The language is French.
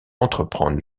entreprendre